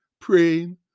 praying